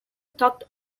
tucked